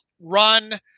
run